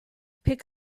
pick